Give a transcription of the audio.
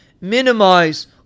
Minimize